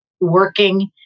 working